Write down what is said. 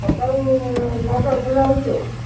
ସକାଳୁ ନଅଟାରେ ଖୋଲା ହେଉଛି ଆଉ